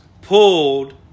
pulled